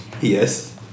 yes